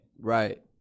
Right